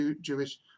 Jewish